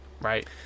Right